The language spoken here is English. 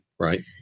Right